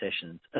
sessions